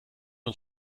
uns